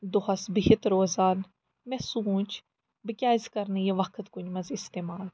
دۄہَس بِہِتھ روزان مےٚ سونٛچ بہٕ کیٛازِ کَر نہٕ یہِ وقت کُنہِ منٛز استعمال